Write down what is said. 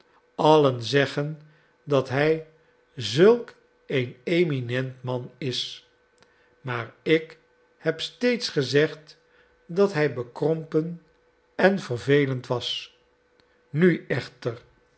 allen zeggen dat hij zulk een eminent man is maar ik heb steeds gezegd dat hij bekrompen en vervelend was nu echter